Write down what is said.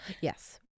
Yes